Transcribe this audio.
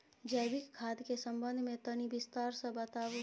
जैविक खाद के संबंध मे तनि विस्तार स बताबू?